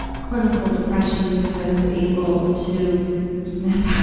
clinical depression because i was able to snap